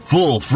Full